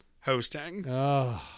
hosting